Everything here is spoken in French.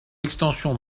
extension